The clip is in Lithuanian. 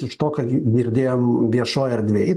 iš to ką girdėjom viešoj erdvėj